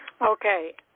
Okay